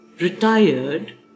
retired